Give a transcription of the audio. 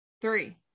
Three